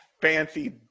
fancy